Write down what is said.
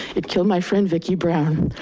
it killed my friend vicki brown.